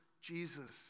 Jesus